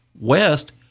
West